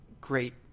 great